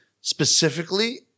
specifically